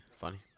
funny